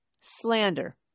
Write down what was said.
slander